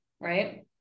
Right